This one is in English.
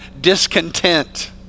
discontent